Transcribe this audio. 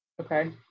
Okay